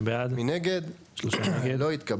הצבעה בעד, 2 נגד, 3 נמנעים, 0 הרביזיה לא התקבלה.